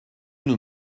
nous